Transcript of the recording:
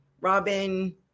Robin